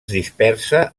dispersa